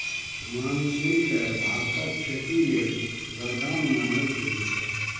monsoon केँ भारतक खेती लेल बरदान मानल गेल छै